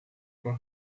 for